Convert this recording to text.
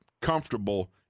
comfortable